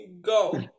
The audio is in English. Go